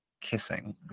kissing